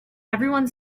everyone